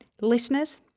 Listeners